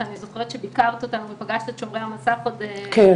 אני זוכרת שביקרת אותנו ופגשת את שומרי המסך עוד בעבר,